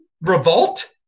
revolt